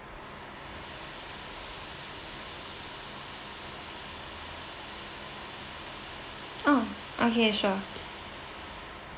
oh okay sure